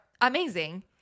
amazing